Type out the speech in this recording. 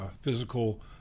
physical